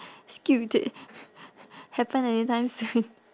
happen anytime soon